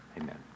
amen